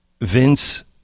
Vince